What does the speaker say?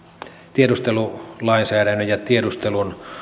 tiedustelulainsäädännön ja tiedustelun